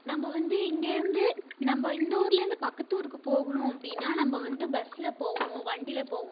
நம்ம வந்து இங்கேருந்து நம்ம இந்த ஊரில் இருந்து பக்கத்து ஊருக்குப் போகணும் அப்படின்னா நம்ம வந்து பஸ்ஸில் போவோம் வண்டியில் போவோம்